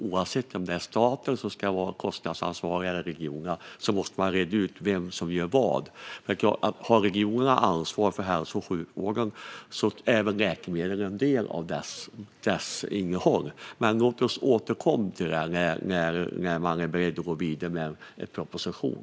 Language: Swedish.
Oavsett om det är staten eller regionerna som ska ha kostnadsansvaret måste man reda ut vem som gör vad. Har regionerna ansvaret för hälso och sjukvården ingår läkemedel i det. Men låt oss återkomma till detta när man är beredd att gå vidare med en proposition.